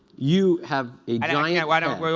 you have a giant